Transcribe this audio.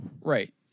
right